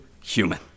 human